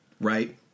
Right